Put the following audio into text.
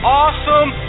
awesome